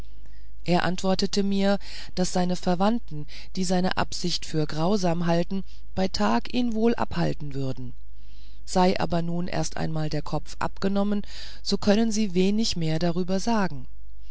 er antwortete mir daß seine verwandten die seine absicht für grausam halten bei tage ihn abhalten würden sei aber nur erst einmal der kopf abgenommen so können sie wenig mehr darüber sagen